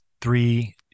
three